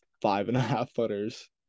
five-and-a-half-footers